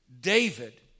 David